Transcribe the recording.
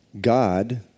God